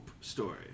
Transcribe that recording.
story